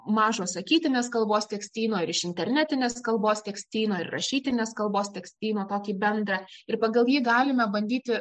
mažo sakytinės kalbos tekstyno ir iš internetinės kalbos tekstyno ir rašytinės kalbos tekstyno tokį bendrą ir pagal jį galime bandyti